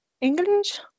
English